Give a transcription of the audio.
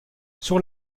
sur